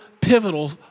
pivotal